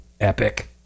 epic